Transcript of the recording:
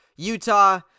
Utah